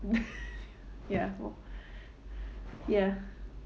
ya [ho] ya